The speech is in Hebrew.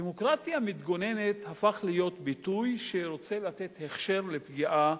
"הדמוקרטיה המתגוננת" הפך להיות ביטוי שרוצה לתת הכשר לפגיעה